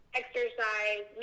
exercise